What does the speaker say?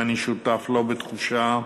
ואני שותף לו בתחושה,